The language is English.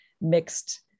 mixed